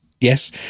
Yes